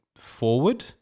forward